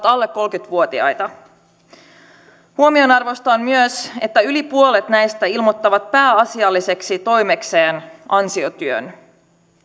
alle kolmekymmentä vuotiaita huomionarvoista on myös että yli puolet näistä ilmoittaa pääasialliseksi toimekseen ansiotyön